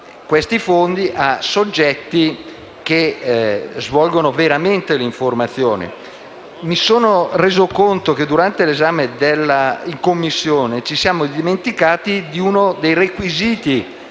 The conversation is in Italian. i fondi a soggetti che svolgono veramente l'attività di informazione. Mi sono reso conto che, durante l'esame in Commissione, ci siamo dimenticati di uno dei requisiti